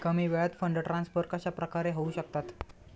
कमी वेळात fund transfer कशाप्रकारे होऊ शकतात?